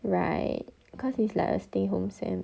right cause it's like a stay home semester